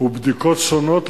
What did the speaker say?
ובדיקות שונות,